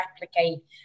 replicate